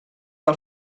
del